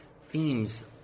themes